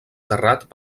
terrat